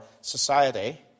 society